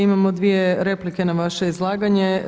Imamo dvije replike na vaše izlaganje.